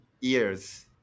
years